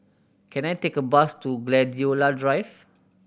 can I take a bus to Gladiola Drive